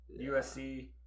USC